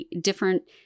different